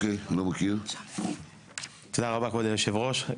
תודה רבה כבוד יושב הראש,